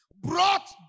brought